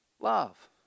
love